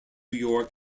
york